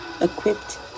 equipped